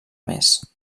més